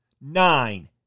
nine